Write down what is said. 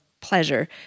pleasure